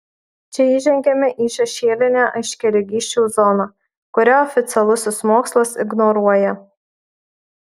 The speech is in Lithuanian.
čia įžengiame į šešėlinę aiškiaregysčių zoną kurią oficialusis mokslas ignoruoja